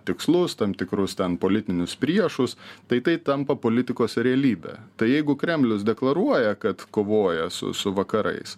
tikslus tam tikrus ten politinius priešus tai tai tampa politikos realybe tai jeigu kremlius deklaruoja kad kovoja su su vakarais